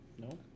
No